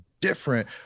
different